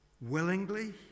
willingly